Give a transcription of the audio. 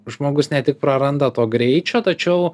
žmogus ne tik praranda to greičio tačiau